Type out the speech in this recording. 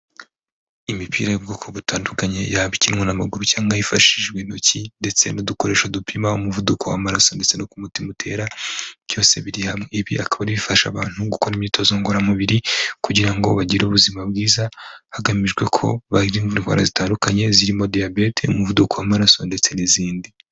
Imipira y'ubwoko butandukanye yaba ikinwa n'amaguru cyangwa hifashishijwe intoki ndetse n'udukoresho dupima umuvuduko w'amaraso ndetse n'uko umutima utera byose biri hamwe, ibi bikaba bifasha abantu gukora imyitozo ngororamubiri kugira ngo bagire ubuzima bwiza hagamijwe ko barindwa indwara zitandukanye zirimo diyabete, umuvuduko w'amaraso ndetse n'izindi.